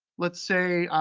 let's say,